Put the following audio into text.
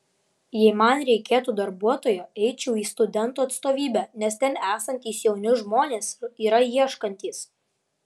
jei man reikėtų darbuotojo eičiau į studentų atstovybę nes ten esantys jauni žmonės yra ieškantys